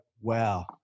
wow